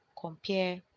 compare